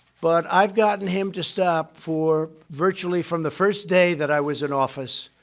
but i've gotten him to stop for virtually, from the first day that i was in office.